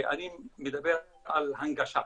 אני מדבר על הנגשה.